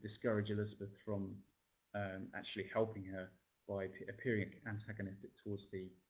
discourage elizabeth from actually helping her by appearing antagonistic towards the